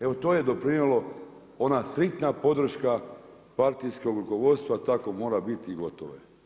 Evo to je doprinijelo, ona striktna podrška, partijskog rukovodstva, tako mora biti i gotovo je.